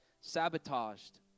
sabotaged